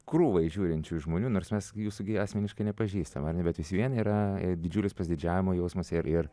krūvai žiūrinčių žmonių nors mes gi jūsų asmeniškai nepažįstam ar ne bet vis vien yra didžiulis pasididžiavimo jausmas ir ir